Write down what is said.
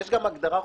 יש גם הגדרה חוקית,